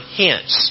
hence